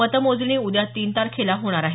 मतमोजणी उद्या तीन तारखेला होणार आहे